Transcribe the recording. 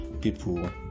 people